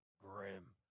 grim